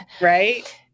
right